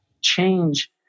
change